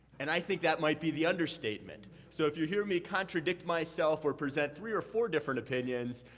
and i think that might be the understatement. so if you hear me contradict myself or present three or four different opinions,